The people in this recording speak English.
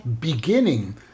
beginning